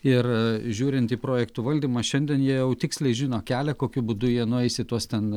ir žiūrint į projektų valdymą šiandien jie jau tiksliai žino kelią kokiu būdu jie nueis į tuos ten